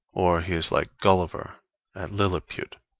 or he is like gulliver at lilliput,